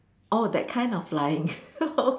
oh that kind of flying okay